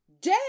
day